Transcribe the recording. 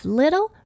little